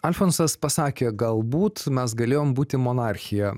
alfonsas pasakė galbūt mes galėjom būti monarchija